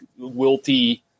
wilty